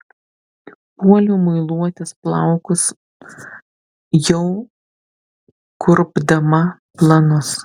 puoliau muiluotis plaukus jau kurpdama planus